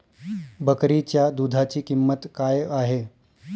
बकरीच्या दूधाची किंमत काय आहे?